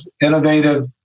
innovative